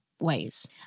ways